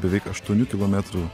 beveik aštuonių kilometrų